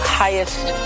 highest